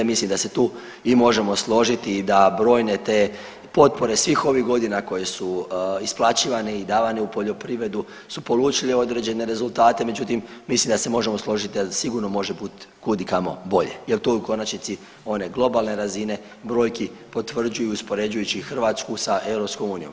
Mislim da se tu i možemo složiti da brojne te potpore svih ovih godina koje su isplaćivane i davane u poljoprivredu su polučile određene rezultate međutim mislim da se možemo složiti da sigurno može kud i kamo bolje jer to je u konačnici one globalne razine brojki potvrđuju uspoređujući Hrvatsku sa RU.